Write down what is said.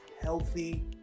healthy